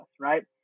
right